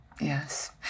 Yes